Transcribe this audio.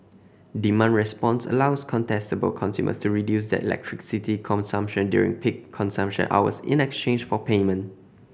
demand response allows contestable consumers to reduce their electricity consumption during peak consumption hours in exchange for payment